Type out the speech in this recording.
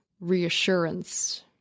reassurance